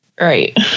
right